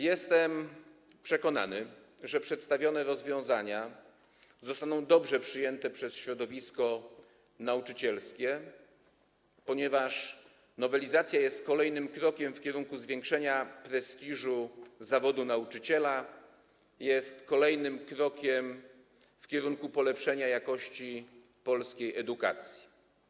Jestem przekonany, że przedstawione rozwiązania zostaną dobrze przyjęte przez środowisko nauczycielskie, ponieważ nowelizacja jest kolejnym krokiem w kierunku zwiększenia prestiżu zawodu nauczyciela, jest kolejnym krokiem w kierunku polepszenia jakości polskiej edukacji.